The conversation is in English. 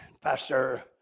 Pastor